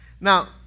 Now